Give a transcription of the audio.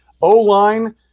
O-line